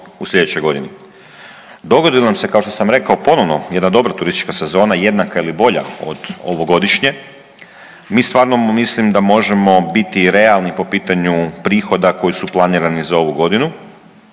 u sljedećoj godini. Dogodi li nam se, kao što sam rekao, ponovno jedna dobra turistička sezona, jednaka ili bolja od ovogodišnje, mi stvarno mislim da možemo biti realni po pitanju prihoda koji su planirani za ovu godinu